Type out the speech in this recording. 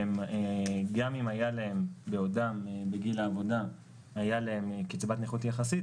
שגם אם היה להם בעודם בגיל העבודה קצבת נכות יחסית,